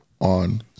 on